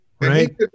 right